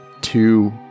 two